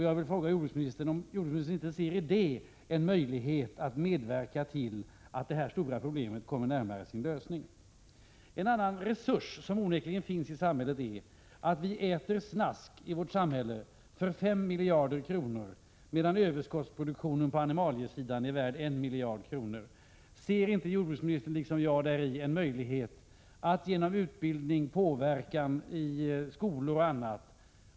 Jag vill fråga om jordbruksministern inte ser en möjlighet att medverka till att detta stora problem kommer närmare sin lösning. Vi äter snask i vårt samhälle för 5 miljarder kronor, medan överskottsproduktionen på animaliesidan värderas till I miljard kronor. Ser inte jordbruksministern, liksom jag, däri en möjlighet att genom utbildning, påverkan i skolor, etc.